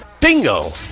Bingo